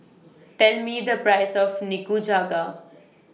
Tell Me The Price of Nikujaga